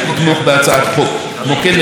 כמו כן,